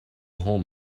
home